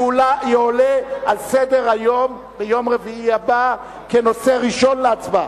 יועלה על סדר-היום ביום רביעי הבא כנושא ראשון להצבעה.